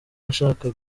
ashaka